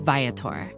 Viator